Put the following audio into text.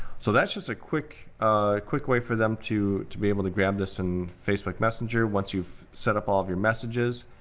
so that's just a quick ah quick way for them to to be able to grab this in facebook messenger once you've set up all of your messages,